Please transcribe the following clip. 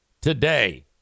today